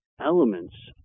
elements